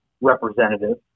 representative